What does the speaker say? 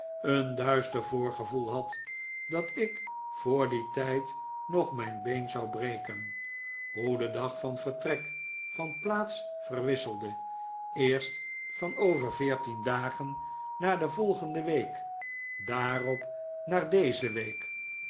een duister voorgevoel had dat ik voor dien tijd nog mijn been zou breken hoe de dag van vertrek van plaats verwisselde eerst van over veertien dagen naar de volgende week daarop naar david copperfield deze week